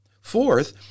Fourth